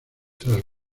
tras